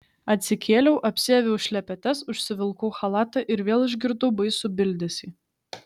atsikėliau apsiaviau šlepetes užsivilkau chalatą ir vėl išgirdau baisų bildesį